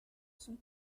son